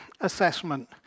assessment